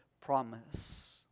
promise